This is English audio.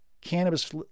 cannabis